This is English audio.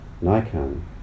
Nikon